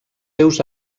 seus